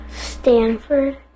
Stanford